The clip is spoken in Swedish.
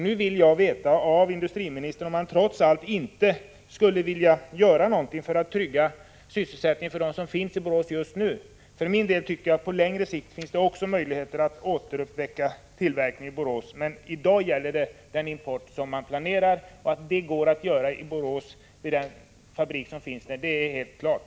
Nu vill jag veta av industriministern om han trots allt inte skulle vilja göra något för att trygga sysselsättningen för dem som finns i Borås just för tillfället. För min del tycker jag att det på längre sikt finns möjligheter att återuppta tillverkningen i Borås. Men i dag gäller det den import som planeras. Det går att tillverka dessa produkter vid fabriken i Borås — det är helt klart.